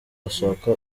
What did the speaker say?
ashaka